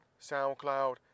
soundcloud